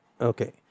Okay